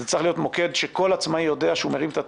זה צריך להיות מוקד שכל עצמאי יודע שהוא מרים את הטלפון,